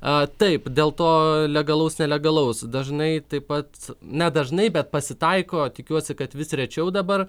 taip dėl to legalaus nelegalaus dažnai taip pat nedažnai bet pasitaiko tikiuosi kad vis rečiau dabar